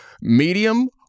medium